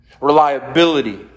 reliability